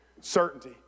Certainty